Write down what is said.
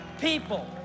people